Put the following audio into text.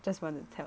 just wanted to tell